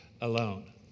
alone